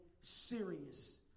serious